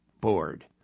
bored